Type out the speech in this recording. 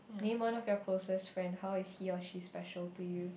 name one of your closest friend how is he or she special to you